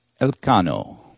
Elcano